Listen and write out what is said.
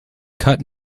cut